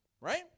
right